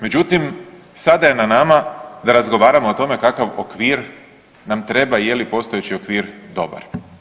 Međutim, sada je na nama da razgovaramo o tome kakav okvir nam treba i je li postojeći okvir dobar.